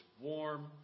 warm